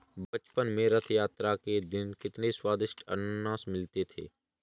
बचपन में रथ यात्रा के दिन कितने स्वदिष्ट अनन्नास मिलते थे